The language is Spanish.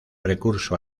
recurso